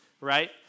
right